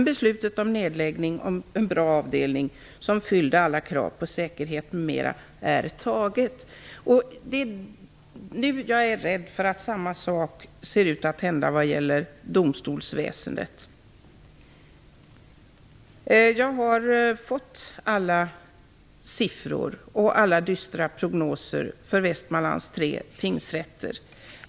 Beslutet om nedläggning av en bra avdelning som fyller alla krav på säkerhet m.m. är dock taget. Samma sak ser ut att hända, är jag rädd för, vad gäller domstolsväsendet. Jag har fått alla siffror och alla dystra prognoser för Västmanlands tre tingsrätter.